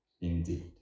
indeed